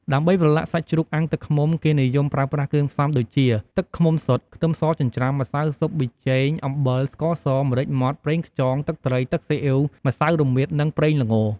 ដើម្បីប្រឡាក់សាច់ជ្រូកអាំងទឹកឃ្មុំ គេនិយមប្រើប្រាស់គ្រឿងផ្សំដូចជា ទឹកឃ្មុំសុទ្ធ ខ្ទឹមសចិញ្ច្រាំ ម្សៅស៊ុប ប៊ីចេង អំបិល ស្ករស ម្រេចម៉ដ្ឋ ប្រេងខ្យង ទឹកត្រី ទឹកស៊ីអ៉ីវ ម្សៅរមៀត និងប្រេងល្ង។